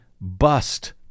Bust